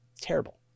terrible